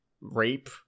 rape